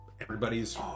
Everybody's